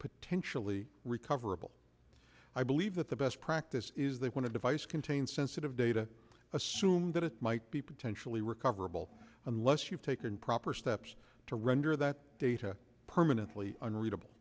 potentially recoverable i believe that the best practice is they want to devise contain sensitive data assume that it might be potentially recoverable unless you've taken proper steps to render that data permanently unreadable